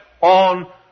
on